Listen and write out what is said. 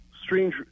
strange